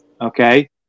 Okay